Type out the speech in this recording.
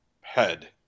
head